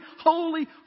holy